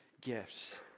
gifts